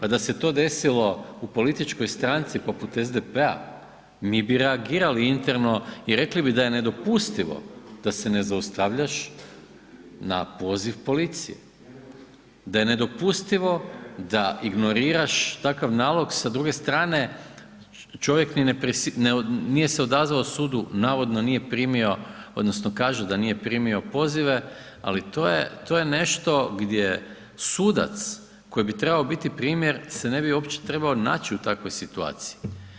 A da se to desilo u političkoj stranci poput SDP-a mi bi reagirali interno i rekli bi da je nedopustivo da se ne zaustavljaš na poziv policije, da je nedopustivo da ignoriraš takav nalog sa druge strane čovjek nije se odazvao sudu, navodno nije primio, odnosno kaže da nije primio pozive ali to je, to je nešto gdje sudac koji bi trebao biti primjer se ne bi uopće trebao naći u takvoj situaciji.